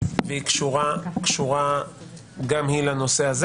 וקשורה גם היא לנושא.